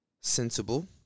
sensible